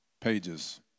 pages